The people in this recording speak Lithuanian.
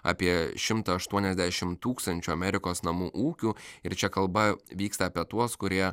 apie šimtą aštuoniasdešim tūkstančių amerikos namų ūkių ir čia kalba vyksta apie tuos kurie